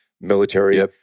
military